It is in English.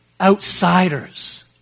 Outsiders